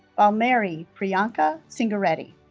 balamary priyanka singareddy